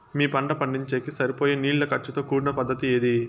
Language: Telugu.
మీ పంట పండించేకి సరిపోయే నీళ్ల ఖర్చు తో కూడిన పద్ధతి ఏది?